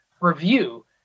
review